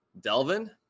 Delvin